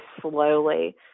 slowly